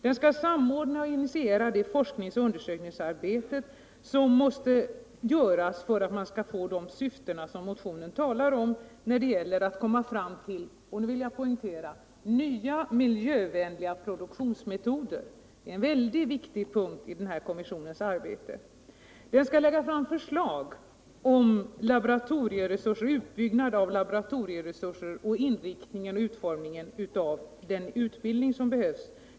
Den skall samordna och initiera det forskningsoch undersökningsarbete som måste genomföras för att de syften skall uppnås som vi talar om i vår motion när det gäller att komma fram till — och detta vill jag poängtera — nya miljövänliga produktionsmetoder. Det är en väldigt viktig punkt i kommissionens arbete. Kommissionen skall vidare lägga fram förslag om utbyggnad av laboratorieresurser och inriktning och utformning av den utbildning som behövs.